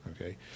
okay